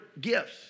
gifts